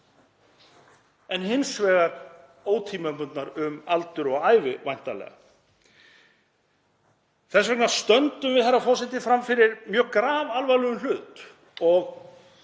En hins vegar ótímabundnar um aldur og ævi væntanlega. Þess vegna stöndum við, herra forseti, frammi fyrir grafalvarlegum hlut og